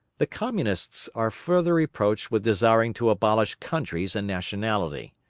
the communists are further reproached with desiring to abolish countries and nationality.